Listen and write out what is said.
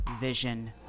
vision